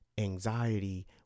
anxiety